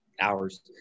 hours